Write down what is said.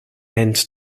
end